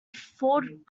ford